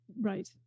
Right